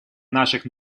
наших